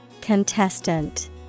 Contestant